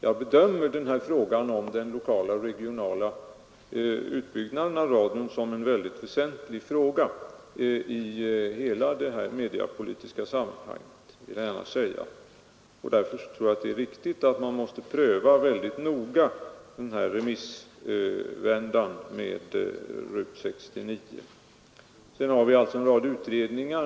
Jag bedömer den lokala och regionala utbyggnaden av radion som en väldigt väsentlig fråga i det mediepolitiska sammanhanget, och därför tror jag det är viktigt att man måste pröva den här remissvändan med RUT 69 mycket noga. Sedan finns det alltå en rad utredningar.